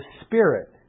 spirit